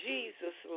Jesus